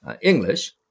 English